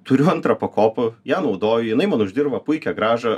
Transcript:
turiu antrą pakopų ją naudoju jinai man uždirba puikią grąžą